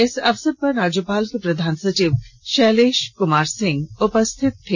इस अवसर पर राज्यपाल के प्रधान सचिव शैलेश कुमार सिंह उपस्थित थे